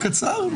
הפיכה משטרית.